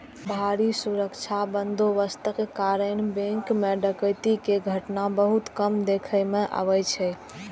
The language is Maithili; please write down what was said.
भारी सुरक्षा बंदोबस्तक कारणें बैंक मे डकैती के घटना बहुत कम देखै मे अबै छै